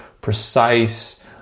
precise